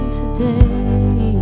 today